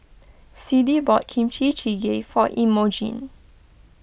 Siddie bought Kimchi Jjigae for Emogene